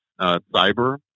cyber